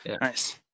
Nice